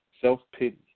self-pity